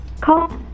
Call